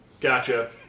Gotcha